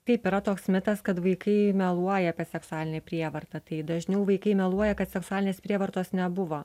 taip yra toks mitas kad vaikai meluoja apie seksualinę prievartą tai dažniau vaikai meluoja kad seksualinės prievartos nebuvo